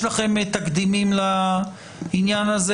יש לכם תקדימים לעניין הזה?